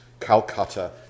Calcutta